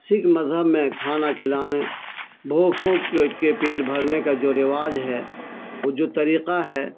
سکھ مذہب میں کھانا کھلانے بھوکوں کے کے پیٹ بھرنے کا جو رواج ہے وہ جو طریقہ ہے